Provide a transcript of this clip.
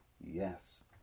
Yes